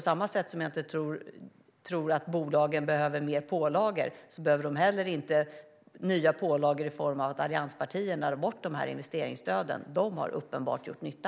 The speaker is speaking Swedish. Jag tror inte att bolagen behöver mer pålagor, inte heller i form av att allianspartierna drar bort investeringsstöden, som har gjort uppenbar nytta.